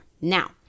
Now